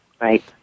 Right